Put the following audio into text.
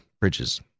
bridges